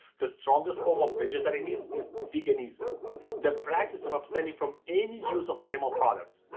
the strongest form of vegetarianism is veganism the practice of abstaining from any use of animal products.